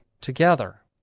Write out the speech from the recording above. together